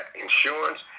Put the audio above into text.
insurance